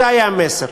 זה היה המסר.